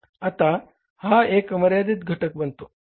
आता हा एक मर्यादित घटक बनतो